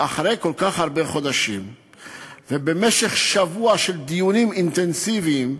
אחרי כל כך הרבה חודשים ובמשך שבוע של דיונים אינטנסיביים,